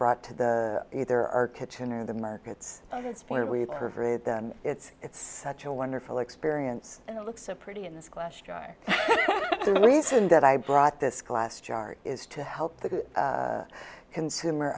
brought to the either our kitchen or the markets where we are for it it's it's such a wonderful experience and i look so pretty in this question the reason that i brought this glass jar is to help the consumer